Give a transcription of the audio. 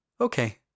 Okay